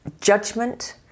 judgment